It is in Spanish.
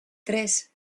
tres